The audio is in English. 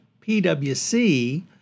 PwC